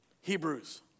Hebrews